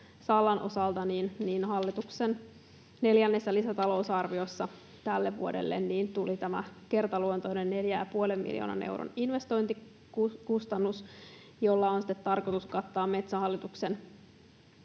Sallan osalta hallituksen neljännessä lisätalousarviossa tälle vuodelle tuli tämä kertaluontoinen 4,5 miljoonan euron investointikustannus, joka on sitten tarkoitus kattaa Metsähallituksen